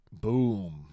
boom